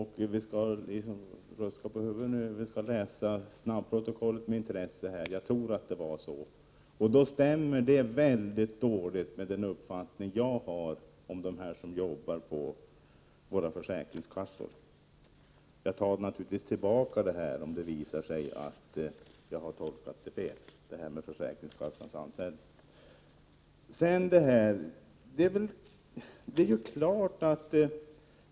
Hon ruskar på huvudet nu, men jag skall med intresse läsa snabbprotokollet — jag tror att det var så. Det stämmer i så fall.